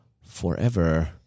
forever